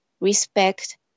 respect